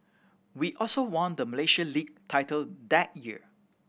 we also won the Malaysia League title that year